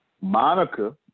Monica